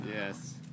yes